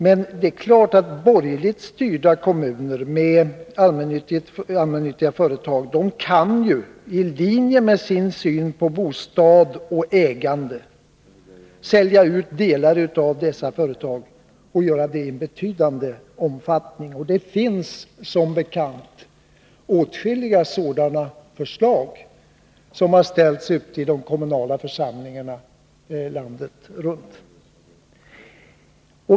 Men det är klart att borgerligt styrda kommuner med allmännyttiga företag i linje med sin syn på bostad och ägande kan sälja ut t.o.m. betydande delar av dessa företag. Det har som bekant ställts åtskilliga sådana förslag i de kommunala församlingarna landet runt.